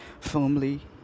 firmly